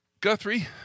Guthrie